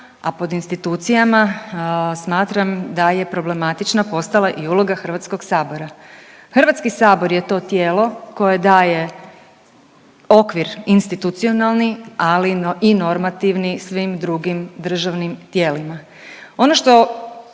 a pod institucijama smatram da je problematična postala i uloga Hrvatskog sabora. Hrvatski sabor je to tijelo koje daje okvir institucionalni, ali i normativni svim drugim državnim tijelima. Ono što